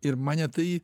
ir mane tai